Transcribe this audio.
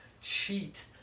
cheat